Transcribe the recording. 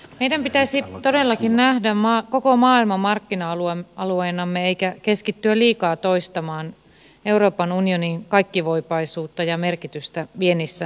meidän pitäisi todellakin nähdä koko maailma markkina alueenamme eikä keskittyä liikaa toistamaan euroopan unionin kaikkivoipaisuutta ja merkitystä viennissämme